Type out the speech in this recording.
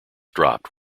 dropped